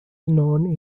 known